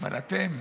אבל אתם,